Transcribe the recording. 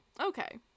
Okay